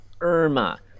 Irma